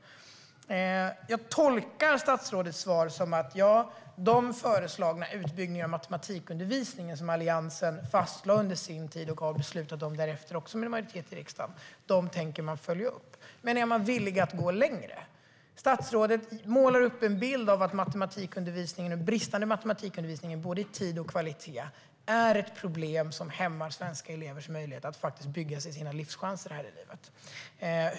Jag tolkar statsrådets svar så att man tänker följa upp den föreslagna utbyggnaden av matematikundervisningen som Alliansen fastlade under sin tid och därefter har beslutat om med en majoritet i riksdagen. Men är man villig att gå längre? Statsrådet målar upp en bild av att den bristande matematikundervisningen - i både tid och kvalitet - är ett problem som hämmar svenska elevers möjlighet att ta vara på sina chanser i livet.